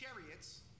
chariots